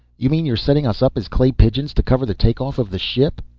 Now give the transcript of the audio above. you mean you're setting us up as clay pigeons to cover the take-off of the ship.